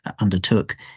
Undertook